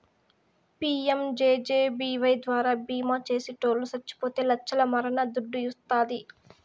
PMJJBY ద్వారా బీమా చేసిటోట్లు సచ్చిపోతే లచ్చల మరణ దుడ్డు వస్తాది